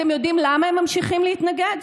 אתם יודעים למה הם ממשיכים להתנגד?